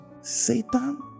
Satan